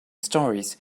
stories